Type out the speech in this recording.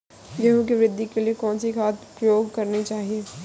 गेहूँ की वृद्धि के लिए कौनसी खाद प्रयोग करनी चाहिए?